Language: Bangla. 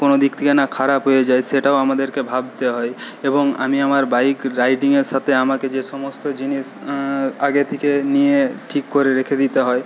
কোনো দিক থেকে না খারাপ হয়ে যায় সেটাও আমাদেরকে ভাবতে হয় এবং আমি আমার বাইক রাইডিংয়ের সাথে আমাকে যে সমস্ত জিনিস আগে থেকে নিয়ে ঠিক করে রেখে দিতে হয়